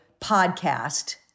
podcast